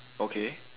okay